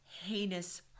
heinous